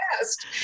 best